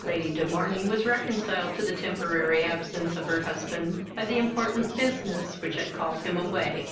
lady de morney was reconciled to the temporary absence of her husband by the important business which had called him away.